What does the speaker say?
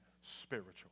spiritual